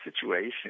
situation